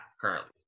Currently